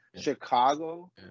Chicago